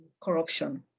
corruption